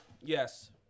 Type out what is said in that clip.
Yes